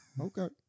Okay